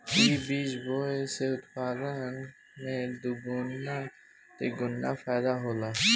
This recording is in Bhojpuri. इ बीज बोए से उत्पादन में दोगीना तेगुना फायदा होला